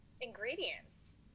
ingredients